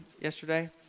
yesterday